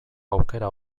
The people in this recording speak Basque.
aukera